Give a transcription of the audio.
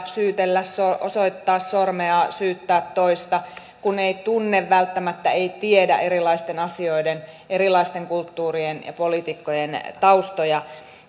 osoittaa sormella syyttää toista kun ei tunne ei tiedä erilaisten asioiden erilaisten kulttuurien ja poliitikkojen taustoja